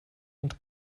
und